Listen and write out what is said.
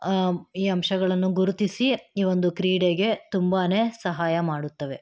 ಈ ಅಂಶಗಳನ್ನು ಗುರುತಿಸಿ ಈ ಒಂದು ಕ್ರೀಡೆಗೆ ತುಂಬಾ ಸಹಾಯ ಮಾಡುತ್ತವೆ